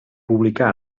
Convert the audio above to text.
publicà